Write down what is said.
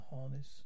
harness